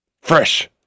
Fresh